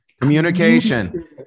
Communication